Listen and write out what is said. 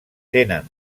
tenen